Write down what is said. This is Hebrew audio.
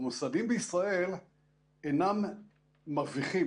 המוסדיים בישראל אינם מרוויחים,